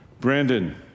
Brandon